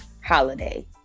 holiday